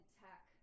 tech